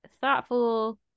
thoughtful